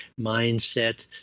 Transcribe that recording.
mindset